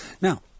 Now